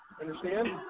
Understand